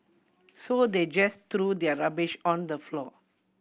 so they just threw their rubbish on the floor